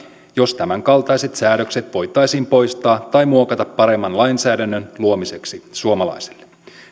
jos tämänkaltaiset säädökset voitaisiin poistaa tai muokata paremman lainsäädännön luomiseksi suomalaisille